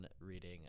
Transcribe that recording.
reading